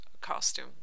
costume